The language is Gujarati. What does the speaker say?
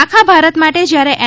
આખા ભારત માટે જ્યારે એન